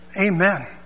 Amen